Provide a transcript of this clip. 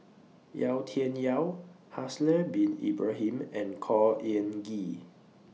Yau Tian Yau Haslir Bin Ibrahim and Khor Ean Ghee